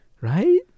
Right